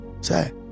Say